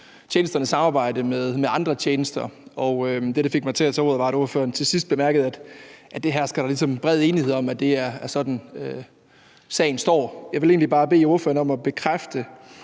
tjenesternes samarbejde med andre tjenester. Det, der fik mig til at tage ordet, var, at ordføreren til sidst bemærkede, at der ligesom hersker bred enighed om, at det er sådan, sagen står. Jeg vil egentlig bare bede ordføreren om at bekræfte,